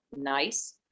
nice